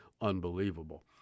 unbelievable